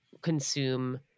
consume